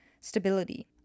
stability